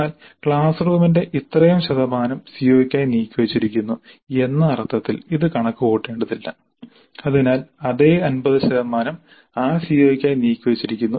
എന്നാൽ ക്ലാസ് റൂമിന്റെ ഇത്രയും ശതമാനം സിഒയ്ക്കായി നീക്കിവച്ചിരിക്കുന്നു എന്ന അർത്ഥത്തിൽ ഇത് കണക്ക് കൂട്ടേണ്ടതില്ല അതിനാൽ അതേ 50ശതമാനം ആ സിഒക്കായി നീക്കിവച്ചിരിക്കുന്നു